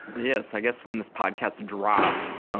yeah, so i guess when this podcast drops,